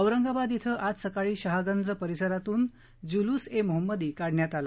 औरंगाबाद ध्वे आज सकाळी शहागंज परिसरातून तर जुलुस ए मोहम्मदी काढण्यात आला